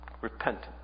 repentant